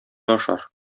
ашар